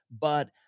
but-